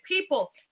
people